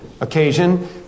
occasion